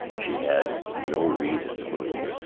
she had no reason to move.